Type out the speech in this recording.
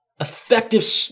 effective